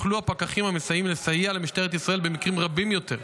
יוכלו הפקחים המסייעים לסייע למשטרת ישראל במקרים רבים יותר,